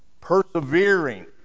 Persevering